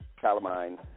calamine